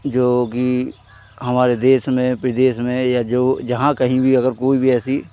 जोकि हमारे देश में या विदेश में या जो जहाँ कहीं भी अगर कोई भी ऐसी